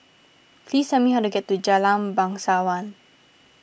please tell me how to get to Jalan Bangsawan